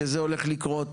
שזה הולך לקרות